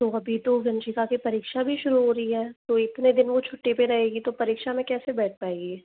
तो अभी तो वंशिका के परीक्षा भी शुरू हो रही है तो इतने दिन वो छुट्टी पे रहेगी तो परीक्षा में कैसे बैठ पाएगी